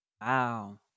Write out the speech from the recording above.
Wow